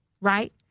Right